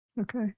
Okay